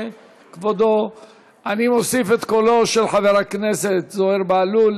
אני מוסיף את קולו של חבר הכנסת זוהיר בהלול,